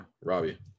Robbie